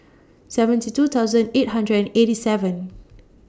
seventy two thousand eight hundred and eighty seven